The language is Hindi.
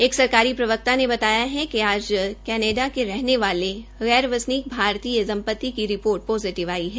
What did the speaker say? एक सरकारी प्रवक्ता ने बताया कि आज कैनेडा के रहने वाले वासनिक भारतीय दम्पति की रिपोर्ट पोजिटिव आई है